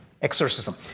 Exorcism